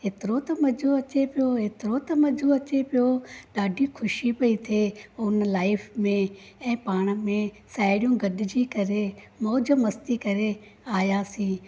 एतिरो त मज़ो अचे पियो एतिरो त मज़ो अचे पियो ॾाढी ख़ुशी पई थिए उन लाइफ में ऐं पाण में साहेड़ियूं गॾिजी करे मौज मस्ती करे आयासीं